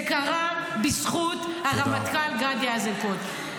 זה קרה בזכות הרמטכ"ל גדי איזנקוט.